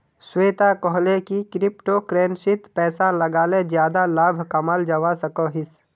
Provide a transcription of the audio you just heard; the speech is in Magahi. श्वेता कोहले की क्रिप्टो करेंसीत पैसा लगाले ज्यादा लाभ कमाल जवा सकोहिस